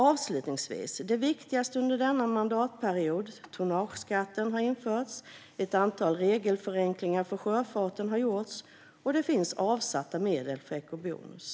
Avslutningsvis: Det viktigaste under denna mandatperiod är att tonnageskatten har införts, att ett antal regelförenklingar för sjöfarten har gjorts och att det finns avsatta medel för eco-bonus.